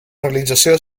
realització